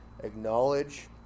acknowledge